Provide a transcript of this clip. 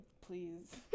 Please